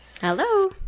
Hello